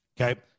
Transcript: Okay